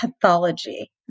pathology